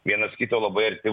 vienas kito labai arti